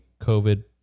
COVID